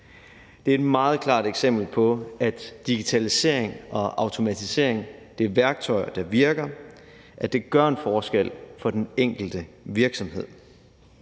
Det er et meget klart eksempel på, at digitalisering og automatisering er værktøjer, der virker – at det gør en forskel for den enkelte virksomhed.